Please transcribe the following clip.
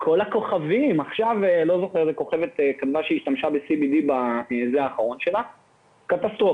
כל הכוכבים, כותבים שהם משתמשים, קטסטרופה.